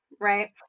Right